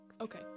Okay